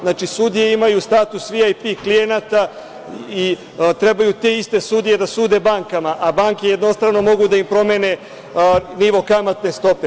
Znači, sudije imaju status VIP klijenata i trebaju te iste sudije da sude bankama, a banke jednostrano mogu da im promene nivo kamatne stope.